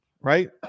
Right